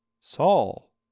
Saul